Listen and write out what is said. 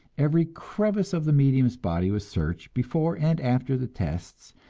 every crevice of the medium's body was searched before and after the tests,